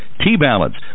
T-Balance